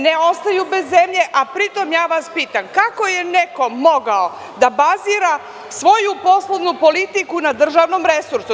Ne ostaju bez zemlje, a pri tom vas pitam – kako je neko mogao da bazira svoju poslovnu politiku na državnom resursu?